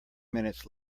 minutes